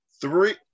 Three